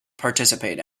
participate